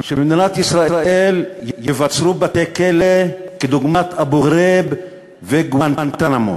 שבמדינת ישראל ייווצרו בתי-כלא כדוגמת אבו גרייב וגואנטנמו.